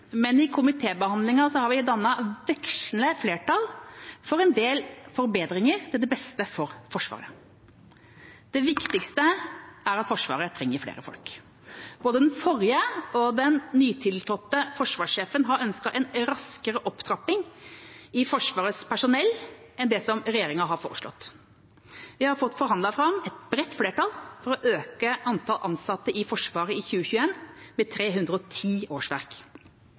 men under komitébehandlingen har vi dannet vekslende flertall for en del forbedringer til det beste for Forsvaret. Det viktigste er at Forsvaret trenger flere folk. Både den forrige og den nytiltrådte forsvarssjefen har ønsket en raskere opptrapping i Forsvarets personell enn det regjeringa har foreslått. Vi har fått forhandlet fram et bredt flertall for å øke antall ansatte i Forsvaret med 310 årsverk